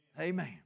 Amen